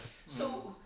um